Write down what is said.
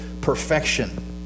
perfection